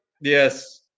Yes